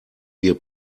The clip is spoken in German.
wir